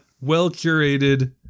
well-curated